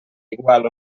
igual